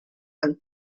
and